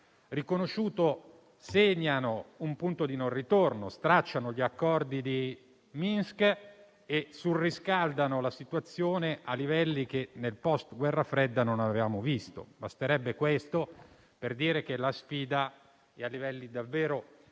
riconosciuto, segna un punto di non ritorno, stracciando gli accordi di Minsk e surriscaldando la situazione a livelli che nel post-guerra fredda non avevamo visto. Basterebbe questo per dire che la sfida è davvero